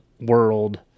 world